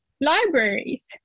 libraries